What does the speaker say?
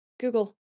Google